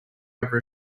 over